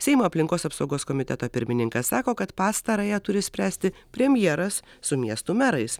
seimo aplinkos apsaugos komiteto pirmininkas sako kad pastarąją turi spręsti premjeras su miestų merais